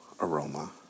aroma